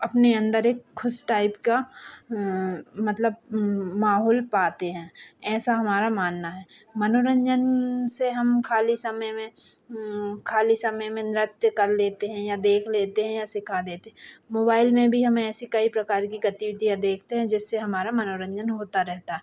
अपने अन्दर एक ख़ुश टाइप का मतलब माहौल पाते हैं ऐसा हमारा मानना है मनोरन्जन से हम खाली समय में खाली समय में नृत्य कर लेते हैं या देख लेते हैं या सिखा देते मोबाइल में भी हम ऐसी कई प्रकार की गतिविधियाँ देखते हैं जिससे हमारा मनोरन्जन होता रहता है